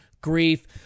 grief